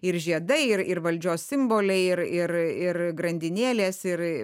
ir žiedai ir ir valdžios simboliai ir ir ir grandinėlės ir